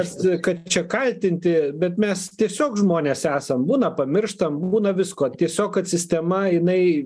kad kad čia kaltinti bet mes tiesiog žmonės esam būna pamirštam būna visko tiesiog kad sistema jinai